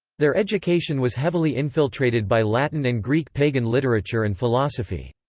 their education was heavily infiltrated by latin and greek pagan literature and philosophy,